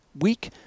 week